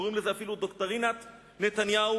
קוראים לזה אפילו דוקטרינת נתניהו